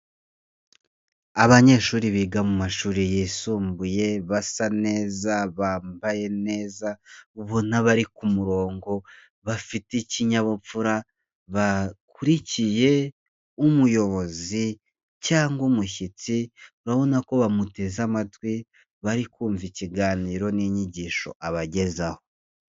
Abanyeshuri biga mu mashuri yisumbuye basa neza, bambaye neza, ubona bari ku murongo, bafite ikinyabupfura, bakurikiye umuyobozi cyangwa umushyitsi urabona ko bamuteze amatwi bari kumva ikiganiro n'inyigisho abagezaho.